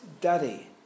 daddy